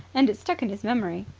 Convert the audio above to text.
and it stuck in his memory.